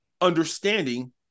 understanding